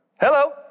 Hello